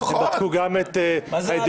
הם בחרו גם את האידיאולוגיה,